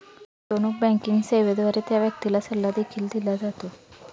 गुंतवणूक बँकिंग सेवेद्वारे त्या व्यक्तीला सल्ला देखील दिला जातो